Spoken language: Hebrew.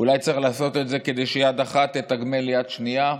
אולי צריך לעשות את זה כדי שיד אחת תתגמל יד שנייה,